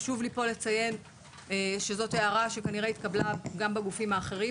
חשוב לי לציין פה שזאת הערה שכנראה התקבלה גם בגופים האחרים.